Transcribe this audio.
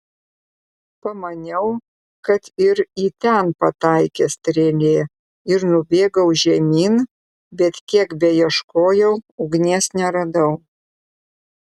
pamaniau kad ir į ten pataikė strėlė ir nubėgau žemyn bet kiek beieškojau ugnies neradau